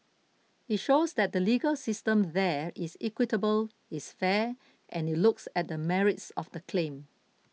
it shows that the legal system there is equitable it's fair and it looks at the merits of the claim